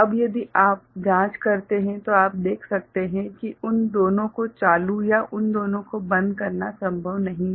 अब यदि आप जांच करते हैं तो आप देख सकते हैं कि उन दोनों को चालू या उन दोनों को बंद करना संभव नहीं है